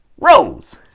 Rose